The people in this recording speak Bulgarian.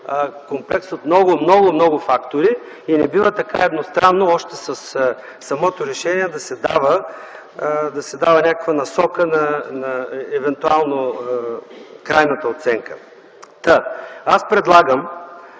комплекс от много, много, много фактори и не бива така едностранно, още със самото решение, да се дава някаква насока на евентуално крайната оценка. Аз предлагам